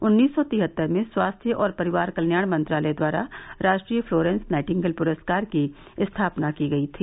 उन्नीस सौ तिहत्तर में स्वास्थ्य और परिवार कल्याण मंत्रालय द्वारा राष्ट्रीय फ्लोरेंस नाइटिंगेल पुरस्कार की स्थापना की गई थी